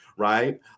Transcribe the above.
right